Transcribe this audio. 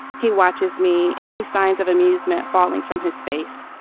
he watches me. any signs of amusement falling from his face?